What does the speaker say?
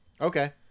Okay